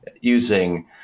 using